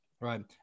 Right